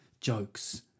Jokes